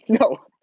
No